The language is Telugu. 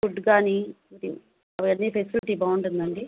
ఫుడ్డు కానీ అవన్నీ ఫెసిలిటీ బాగుంటుందా అండి